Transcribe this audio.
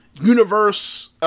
universe